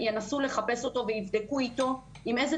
ינסו לחפש אותו ויבדקו איתו עם איזו